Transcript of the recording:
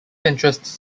interests